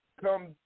come